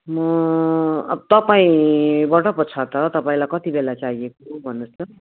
म अब तपाईँबाट पो छ त तपाईँलाई कतिबेला चाहिएको भन्नुहोस् त